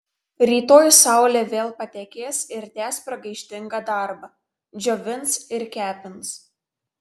rytoj saulė vėl patekės ir tęs pragaištingą darbą džiovins ir kepins